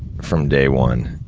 from day one.